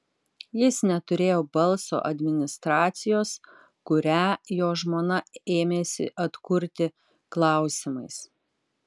jis neturėjo balso administracijos kurią jo žmona ėmėsi atkurti klausimais